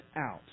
out